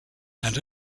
and